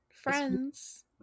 Friends